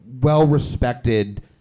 well-respected